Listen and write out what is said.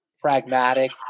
pragmatic